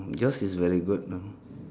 yours is very good ah